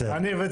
להתייחס